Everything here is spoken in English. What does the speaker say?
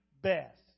best